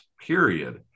period